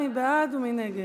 מי בעד ומי נגד?